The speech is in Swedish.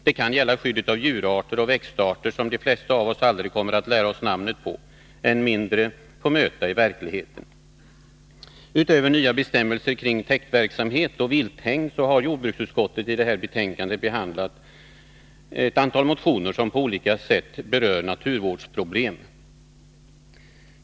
Det kan gälla skyddet av djurarter och växtarter som de flesta av oss aldrig kommer att lära oss namnen på, än mindre få möta i verkligheten. Utöver nya bestämmelser kring täktverksamhet och vilthägn har jordbruksutskottet i det här betänkandet behandlat ett antal motioner som på olika sätt berör naturvårdsproblem.